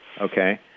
Okay